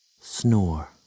snore